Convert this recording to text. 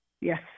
Yes